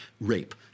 rape